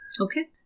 Okay